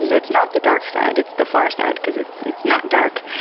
so it's not the dark side, it's the far side, because it's it's not dark.